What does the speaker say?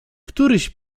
któryś